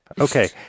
Okay